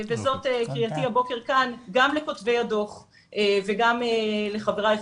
וזאת קריאתי הבוקר כאן גם לכותבי הדוח וגם לחבריי,